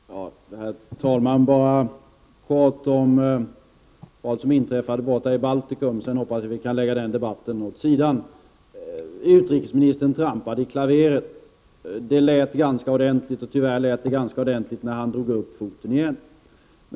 Herr talman! Bara kort om vad som inträffade i Baltikum — sedan hoppas jag att vi kan lägga den debatten åt sidan. Utrikesministern trampade i klaveret. Det lät ganska ordentligt. Tyvärr lät det ganska ordentligt också när han drog upp foten igen.